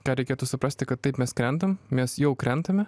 ką reikėtų suprasti kad taip mes krentam mes jau krentame